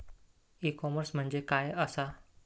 E commerce म्हणजे काय असा?